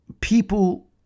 people